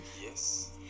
Yes